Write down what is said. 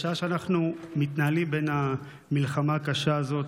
בשעה שאנחנו מתנהלים בין המלחמה הקשה הזאת,